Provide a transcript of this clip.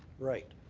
right.